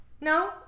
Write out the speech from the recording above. No